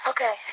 Okay